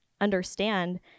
understand